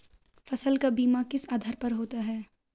फसल का बीमा किस आधार पर होता है?